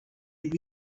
did